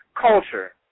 Culture